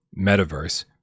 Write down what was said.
metaverse